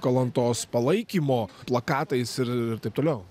kalantos palaikymo plakatais ir taip toliau